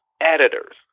editors